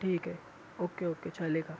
ٹھیک ہے okay okay چلے گا